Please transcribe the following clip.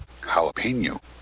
jalapeno